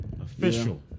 Official